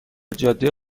جاده